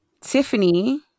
Tiffany